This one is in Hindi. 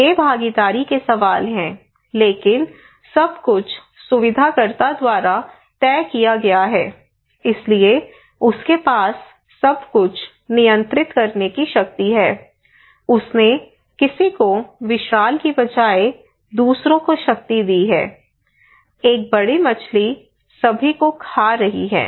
ये भागीदारी के सवाल हैं लेकिन सब कुछ सुविधाकर्ता द्वारा तय किया गया है इसलिए उसके पास सब कुछ नियंत्रित करने की शक्ति है उसने किसी को विशाल की बजाय दूसरों की शक्ति दी है एक बड़ी मछली सभी को खा रही है